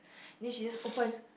then she just open